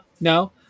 no